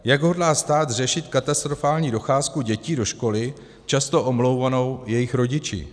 Jak hodlá stát řešit katastrofální docházku dětí do školy, často omlouvanou jejich rodiči?